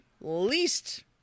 least